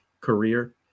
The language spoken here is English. career